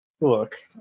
Look